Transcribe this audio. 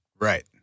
Right